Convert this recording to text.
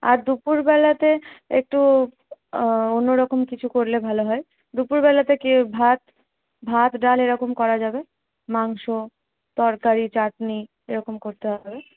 আর দুপুরবেলাতে একটু অন্যরকম কিছু করলে ভালো হয় দুপুরবেলাতে কি ভাত ভাত ডাল এরকম করা যাবে মাংস তরকারি চাটনি এরকম করতে হবে